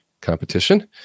competition